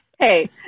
Hey